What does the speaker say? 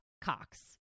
Cox